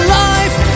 life